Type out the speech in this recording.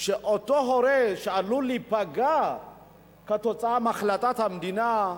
שאותו הורה שעלול להיפגע כתוצאה מהחלטת המדינה,